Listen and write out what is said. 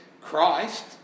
Christ